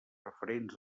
referents